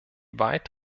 weit